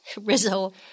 Rizzo